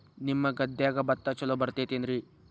ನಿಮ್ಮ ಗದ್ಯಾಗ ಭತ್ತ ಛಲೋ ಬರ್ತೇತೇನ್ರಿ?